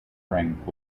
rank